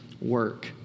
work